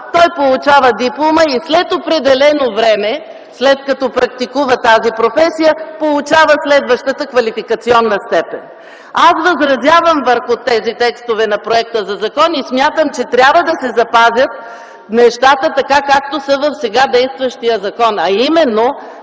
той взема диплома и след определено време, след като практикува тази професия, получава следващата квалификационна степен. Аз възразявам върху тези текстове на законопроекта и смятам, че трябва да се запазят нещата в сега действащия закон, а именно